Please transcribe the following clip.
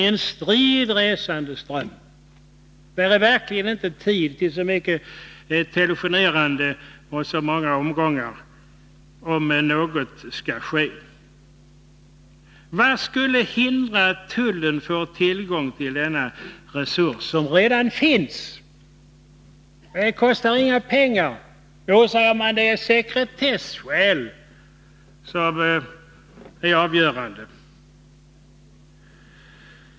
Med en strid resandeström är det verkligen inte tid till så mycket telefonerande och många omgångar om något skall ske. Vad skulle hindra att tullen får tillgång till denna resurs, som redan finns? Det kostar inga pengar. Jo, säger man, det är sekretesskäl som är avgörande.